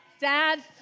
Dad